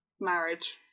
marriage